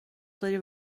داری